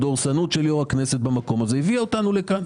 הדורסנות של יו"ר הכנסת במקום הזה הביאה אותנו לכאן.